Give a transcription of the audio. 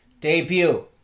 debut